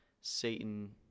Satan